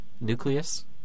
nucleus